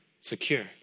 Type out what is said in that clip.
Secure